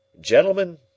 Gentlemen